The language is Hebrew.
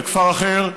לכפר אחר,